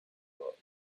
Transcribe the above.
world